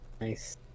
Nice